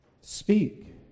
speak